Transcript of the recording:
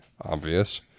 Obvious